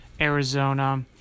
Arizona